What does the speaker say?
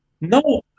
No